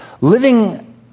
living